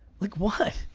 like, what?